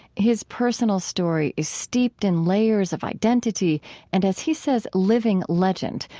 his personal story is steeped in layers of identity and, as he says, living legend,